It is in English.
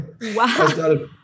Wow